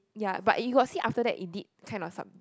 ya but you got see after that it did kind of sub~